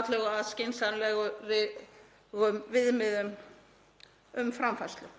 atlögu að skynsamlegum viðmiðum um framfærslu.